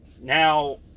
Now